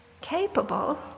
capable